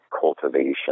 cultivation